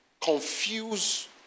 confuse